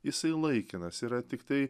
jisai laikinas yra tiktai